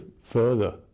further